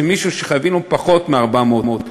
שחייבים לו פחות מ-400,000,